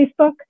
Facebook